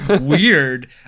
Weird